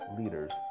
leaders